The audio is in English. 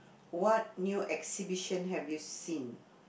what new exhibition have you seen